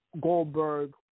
Goldberg